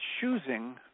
choosing